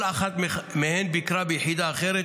כל אחת מהן ביקרה ביחידה אחרת,